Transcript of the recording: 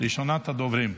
ראשונת הדוברים.